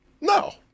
No